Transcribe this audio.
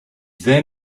then